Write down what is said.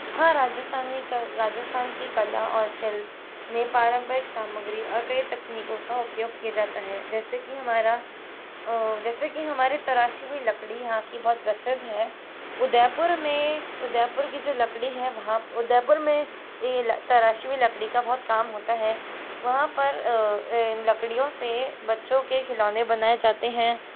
हाँ राजस्थानी का राजस्थान की कला और शिल्प में पारम्परिक सामग्री और कई तकनीकों का उपयोग किया जाता है जैसे कि हमारा जैसे कि हमारी तराशी हुई लकड़ी यहाँ की बहुत प्रसिद्ध है उदयपुर में उदयपुर की जो लकड़ी है वहाँ उदयपुर में ये ल तराशी हुई लकड़ी का बहुत काम होता है वहाँ पर इन लकड़ियों से बच्चों के खिलौने बनाए जाते हैं